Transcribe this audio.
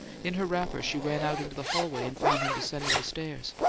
in her wrapper she ran out into the hallway and found him descending the stairs.